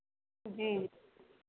जी